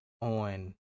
on